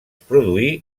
produí